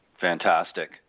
Fantastic